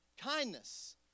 Kindness